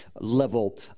level